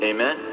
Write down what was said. Amen